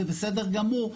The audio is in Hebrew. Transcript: זה בסדר גמור.